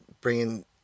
bringing